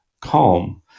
calm